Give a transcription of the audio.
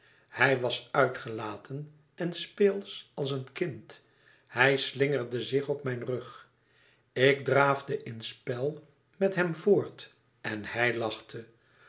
hij was uitgelaten en speelsch als een kind hij slingerde zich op mijn rug ik draafde in spel met hem voort en hij lachte